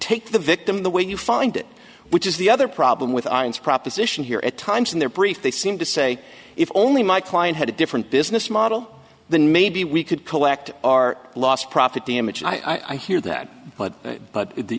take the victim the way you find it which is the other problem with iran's proposition here at times in their brief they seem to say if only my client had a different business model than maybe we could collect our last profit the image i hear that but to the